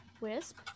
Wisp